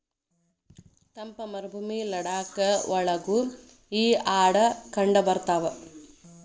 ತಂಪ ಮರಭೂಮಿ ಲಡಾಖ ಒಳಗು ಈ ಆಡ ಕಂಡಬರತಾವ